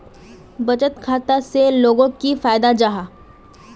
बचत खाता से लोगोक की फायदा जाहा?